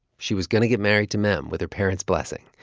she was going to get married to mem with her parents' blessing.